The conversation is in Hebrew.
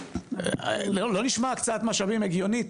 לא נשמע הקצאת משאבים הגיונית,